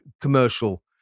commercial